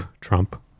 Trump